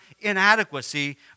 inadequacy